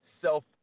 self